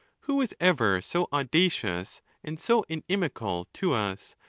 who was ever so audacious and so inimical to us,